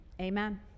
Amen